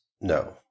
No